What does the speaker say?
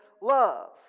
love